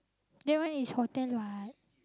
that one is hotel what